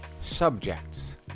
subjects